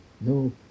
no